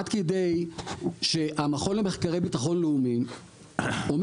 עד כדי שהמכון למחקרי ביטחון לאומי אומר